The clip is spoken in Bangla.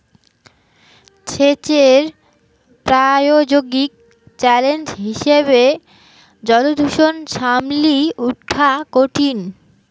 সেচের প্রায়োগিক চ্যালেঞ্জ হিসেবে জলদূষণ সামলি উঠা কঠিন